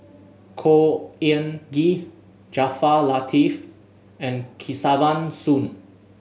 Khor Ean Ghee Jaafar Latiff and Kesavan Soon